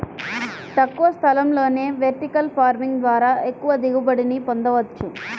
తక్కువ స్థలంలోనే vertical farming ద్వారా ఎక్కువ దిగుబడిని పొందవచ్చు